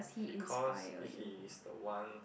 because he's the one